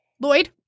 Lloyd